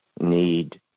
need